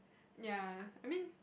ya I mean